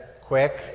Quick